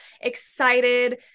excited